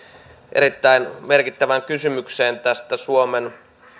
erittäin merkittävään kysymykseen tästä suomen